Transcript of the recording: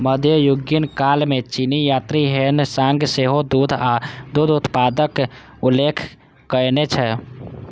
मध्ययुगीन काल मे चीनी यात्री ह्वेन सांग सेहो दूध आ दूध उत्पादक उल्लेख कयने छै